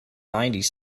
nineties